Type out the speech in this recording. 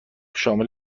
شامل